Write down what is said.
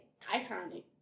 iconic